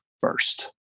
first